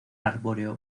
arbóreo